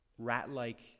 rat-like